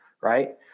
right